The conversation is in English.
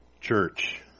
Church